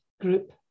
Group